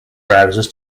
browsers